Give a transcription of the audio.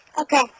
Okay